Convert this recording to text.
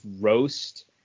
roast